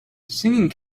singing